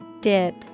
Dip